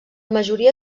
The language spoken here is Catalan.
majoria